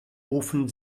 ofen